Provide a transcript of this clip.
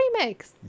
remix